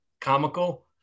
comical